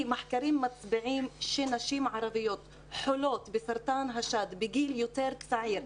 כי מחקרים מצביעים שנשים ערביות חולות בסרטן השד בגיל יותר צעיר,